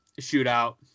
shootout